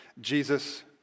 Jesus